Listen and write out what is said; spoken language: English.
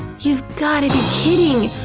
you've got to be kidding!